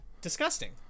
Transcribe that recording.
disgusting